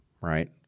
right